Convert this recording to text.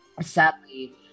Sadly